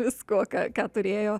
viskuo ką turėjo